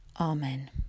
Amen